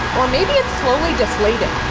or maybe it's slowly deflating.